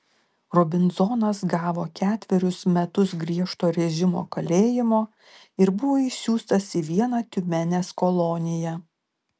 robinzonas gavo ketverius metus griežto režimo kalėjimo ir buvo išsiųstas į vieną tiumenės koloniją